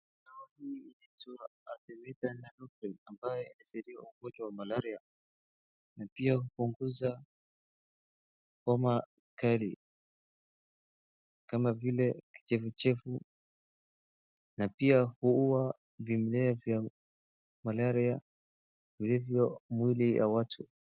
Dawa hii inaitwa artemether & lumefantrine ambao husaidia ugonjwa wa malaria na pia hupunguza homa kali kama vile kichefuchefu na pia huua vimea vya malaria vilivyo mwili ya watu.